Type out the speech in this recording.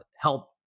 help